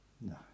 No